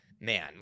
man